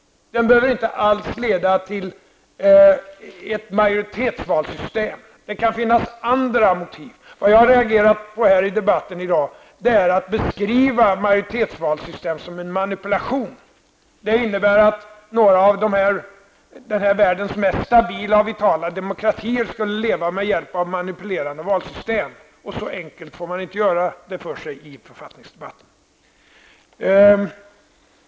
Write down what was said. Den behöver inte alls leda till ett majoritetsvalssystem. Det kan finnas andra lösningar. Vad jag har reagerat mot i debatten i dag är att man har beskrivit majoritetsvalssystemet som en manipulation. Det innebär att några av världens mest stabila och vitala demokratier skulle leva med hjälp av manipulerade valsystem. Så enkelt får man inte göra det för sig i en författningsdebatt.